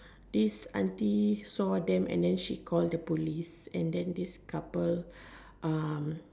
this aunty saw them and then she call the police and then this couple um